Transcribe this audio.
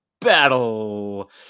Battle